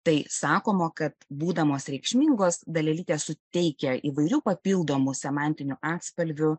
tai sakoma kad būdamos reikšmingos dalelytės suteikia įvairių papildomų semantinių atspalvių